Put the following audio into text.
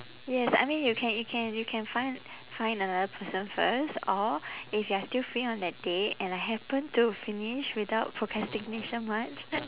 yes I mean you can you can you can find find another person first or if you are still free on that day and I happen to finish without procrastination much